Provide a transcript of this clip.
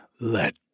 Let